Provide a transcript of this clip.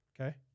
Okay